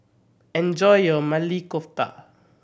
enjoy your Maili Kofta